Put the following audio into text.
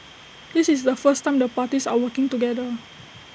this is the first time the parties are working together